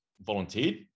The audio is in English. volunteered